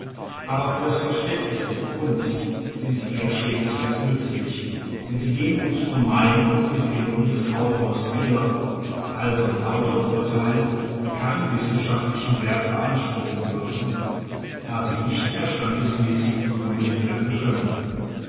aber für das verständnis der kunst sind sie eher schädlich als nützlich denn sie geben uns nur meinungen und empfindungen des autors wieder also lauter urteile die keinen wissenschaftlichen wert beanspruchen dürfen da sie nicht verstandesmäßig begründet werden können